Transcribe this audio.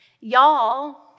Y'all